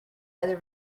other